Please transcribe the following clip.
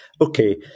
okay